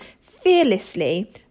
fearlessly